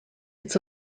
its